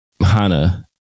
Hana